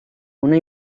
una